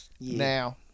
Now